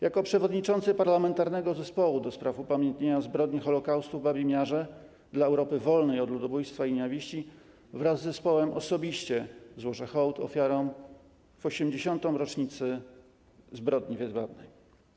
Jako przewodniczący Parlamentarnego Zespołu ds. Upamiętnienia Zbrodni Holocaustu w Babim Jarze - dla Europy Wolnej od Ludobójstwa i Nienawiści wraz z zespołem osobiście złożę hołd ofiarom w 80. rocznicę zbrodni w Jedwabnem.